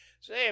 Say